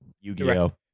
Yu-Gi-Oh